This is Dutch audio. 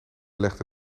legde